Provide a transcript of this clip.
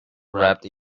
wrapped